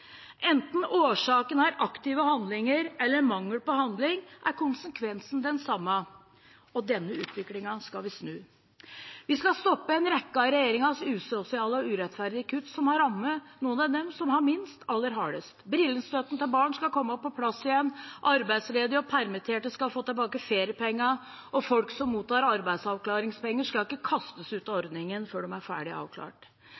Enten årsaken er aktive handlinger eller mangel på handling, er konsekvensen den samme, og denne utviklingen skal vi snu. Vi skal stoppe en rekke av den forrige regjeringens usosiale og urettferdige kutt, som har rammet noen av dem som har minst, aller hardest. Brillestøtten til barn skal komme på plass igjen, arbeidsledige og permitterte skal få tilbake feriepengene, og folk som mottar arbeidsavklaringspenger, skal ikke kastes ut av